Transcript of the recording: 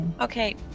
Okay